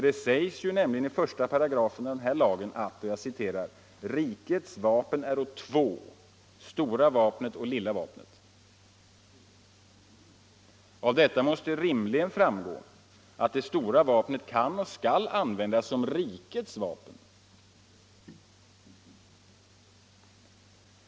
Det sägs nämligen i 1§ av den lagen: ”Rikets vapen äro två, stora vapnet och lilla vapnet.” Av detta måste rimligen framgå att stora vapnet kan användas som rikets vapen.